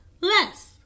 less